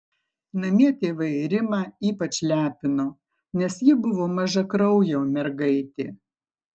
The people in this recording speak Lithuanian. namie tėvai rimą ypač lepino nes ji buvo mažakraujė mergaitė